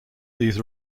these